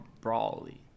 brawly